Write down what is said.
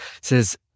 says